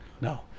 No